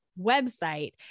website